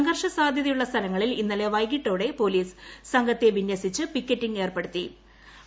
സംഘർഷസാധൃതയുള്ള സ്ഥലങ്ങളിൽ ഇന്നല്ലൂ വൈകീട്ടോടെ പോലീസ് സംഘത്തെ വിന്യസിച്ച് പിക്കറ്റിങ് ഏർപ്പെടുത്തു